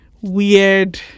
weird